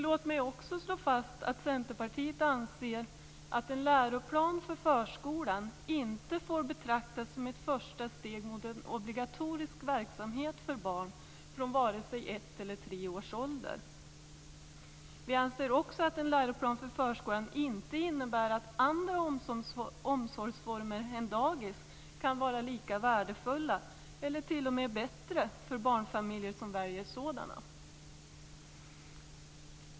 Låt mig också slå fast att Centerpartiet anser att en läroplan för förskolan inte får betraktas som ett första steg mot en obligatorisk verksamhet för barn från vare sig ett eller tre års ålder. Vi anser också att en läroplan för förskolan inte får innebära att andra omsorgsformer än dagis inte kan vara lika värdefulla eller t.o.m. bättre för de barnfamiljer som väljer sådana.